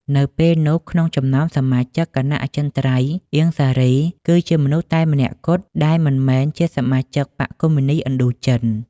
នៅពេលនោះ ក្នុងចំណោមសមាជិកគណៈអចិន្ត្រៃយ៍ អៀង សារី គឺជាមនុស្សតែម្នាក់គត់ ដែលមិនមែនជាសមាជិកបក្សកុម្មុយនិស្តឥណ្ឌូចិន។